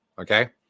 Okay